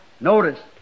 Notice